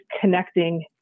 connecting